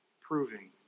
proving